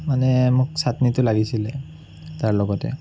মানে মোক ছাট্নিটো লাগিছিলে তাৰ লগতে